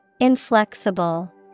Inflexible